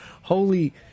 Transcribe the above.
Holy